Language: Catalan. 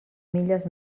milles